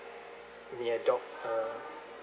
may adopt a